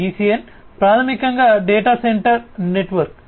DCN ప్రాథమికంగా data centre network